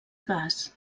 gas